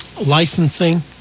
licensing